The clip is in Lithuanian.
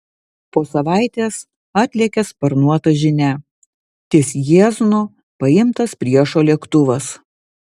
po savaitės atlėkė sparnuota žinia ties jieznu paimtas priešo lėktuvas